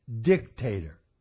dictator